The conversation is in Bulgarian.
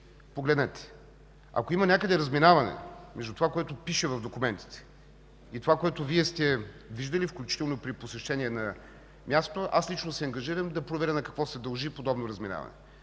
погледнете ги. Ако има някъде разминаване между това, което пише в документите, и това, което сте виждали, включително при посещения на място, лично се ангажирам да проверя на какво се дължи подобно разминаване.